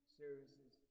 services